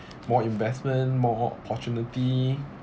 more investment more opportunity